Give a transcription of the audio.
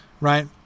right